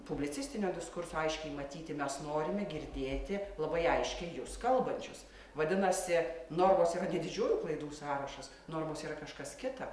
publicistinio diskurso aiškiai matyti mes norime girdėti labai aiškiai jus kalbančius vadinasi normos yra ne didžiųjų klaidų sąrašas normos yra kažkas kita